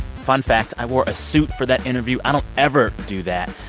fun fact i wore a suit for that interview. i don't ever do that.